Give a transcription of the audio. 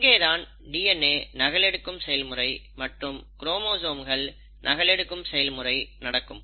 இங்கேதான் டிஎன்ஏ நகலெடுக்கும் செயல்முறை மற்றும் குரோமோசோம்கள் நகலெடுக்கும் செயல்முறை நடக்கும்